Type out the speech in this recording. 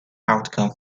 outcome